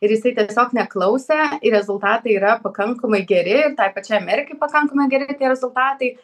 ir jisai tiesiog neklausė ir rezultatai yra pakankamai geri tai pačiai amerikai pakankamai geri tie rezultatai